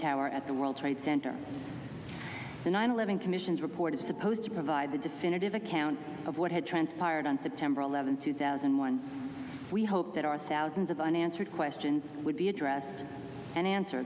tower at the world trade center the nine eleven commission's report is supposed to provide the definitive account of what had transpired on september eleventh two thousand and one we hope that our thousands of unanswered questions would be addressed and answer